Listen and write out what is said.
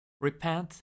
Repent